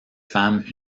femmes